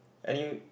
anyway